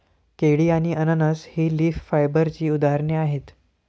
केळी आणि अननस ही लीफ फायबरची उदाहरणे आहेत